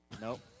Nope